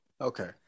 okay